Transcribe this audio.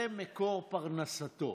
זה מקור פרנסתו.